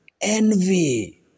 envy